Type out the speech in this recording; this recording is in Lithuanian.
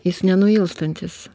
jis nenuilstantis